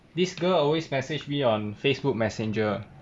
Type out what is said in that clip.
this girl always message me on Facebook messenger